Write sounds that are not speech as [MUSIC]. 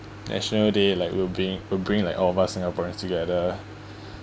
national day like will bring will bring like all of us singaporeans together [BREATH]